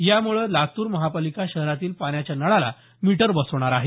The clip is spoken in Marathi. यामुळं लातूर महापालिका शहरातील पाण्याच्या नळाला मिटर बसवणार आहे